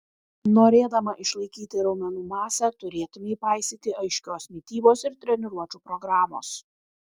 norėdama išlaikyti raumenų masę turėtumei paisyti aiškios mitybos ir treniruočių programos